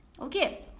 okay